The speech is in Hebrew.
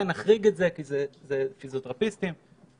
נחריג את זה כי זה פיזיותרפיסטים ושנתאמן.